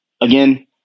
Again